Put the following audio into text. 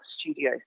studio